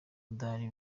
adahari